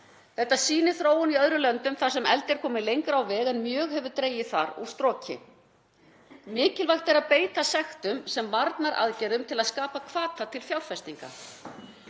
Þetta sýnir þróun í öðrum löndum þar sem eldi er komið lengra á veg, en mjög hefur dregið þar úr stroki. Mikilvægt er að beita sektum sem varnaðaraðgerðum til að skapa hvata til fjárfestinga.